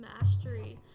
Mastery